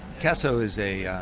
caso is a yeah